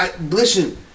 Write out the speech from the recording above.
Listen